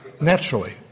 naturally